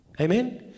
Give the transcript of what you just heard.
Amen